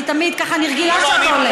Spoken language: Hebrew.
אני רגילה שאתה הולך.